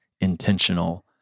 intentional